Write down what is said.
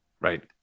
Right